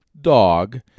dog